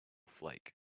flake